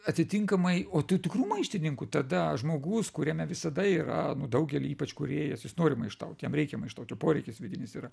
atitinkamai o tų tikrų maištininkų tada žmogus kuriame visada yra daugely ypač kūrėjas jis nori maištaut jam reikia maištaut jo poreikis vidinis yra